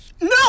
No